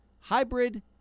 hybrid